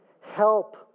Help